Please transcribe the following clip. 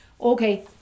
okay